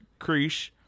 Krish